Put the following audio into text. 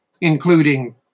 including